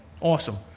Awesome